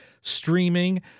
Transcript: streaming